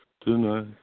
tonight